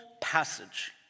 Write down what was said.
passage